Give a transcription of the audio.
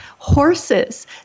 horses